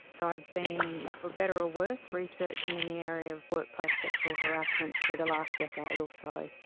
so i've been, for better or worse, researching in the area of workplace sexual harassment for the last decade or so.